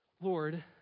Lord